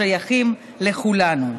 השייכים לכולנו.